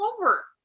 over